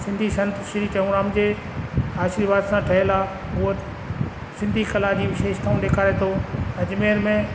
सिंधी संत श्री टेऊराम जे आशिर्वाद सां ठहियलु आहे उहा सिंधी कला जी विशेषताऊं ॾेखारे थो अजमेर में